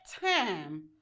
time